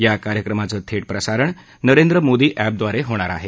या कार्यक्रमाचं थेट प्रसारण नरेंद्र मोदी अॅपद्वारे होणार आहे